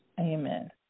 Amen